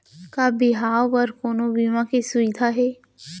का बिहाव बर कोनो बीमा के सुविधा हे?